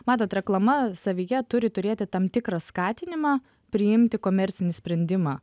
matot reklama savyje turi turėti tam tikrą skatinimą priimti komercinį sprendimą